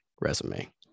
resume